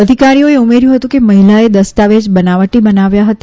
અધિકારીઓએ ઉમેર્યું હતું કે મહિલાએ દસ્તાવેજ બનાવટી બનાવ્યા હતા